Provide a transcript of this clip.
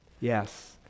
Yes